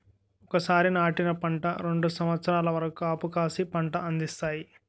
ఒకసారి నాటిన పంట రెండు సంవత్సరాల వరకు కాపుకాసి పంట అందిస్తాయి